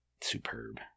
superb